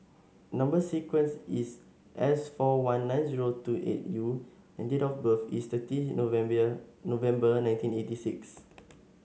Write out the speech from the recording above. number sequence is S four one nine zero six two eight U and date of birth is thirty November nineteen eighty six